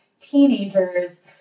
teenagers